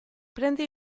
prende